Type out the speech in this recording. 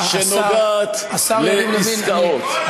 שנוגעת לעסקאות.